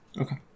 Okay